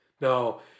No